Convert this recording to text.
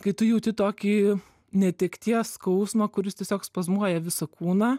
kai tu jauti tokį netekties skausmą kuris tiesiog spazmuoja visą kūną